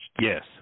Yes